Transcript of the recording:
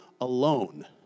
alone